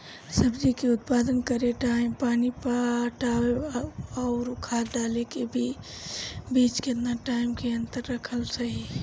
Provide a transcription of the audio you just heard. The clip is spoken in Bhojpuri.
सब्जी के उत्पादन करे टाइम पानी पटावे आउर खाद डाले के बीच केतना टाइम के अंतर रखल सही रही?